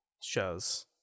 shows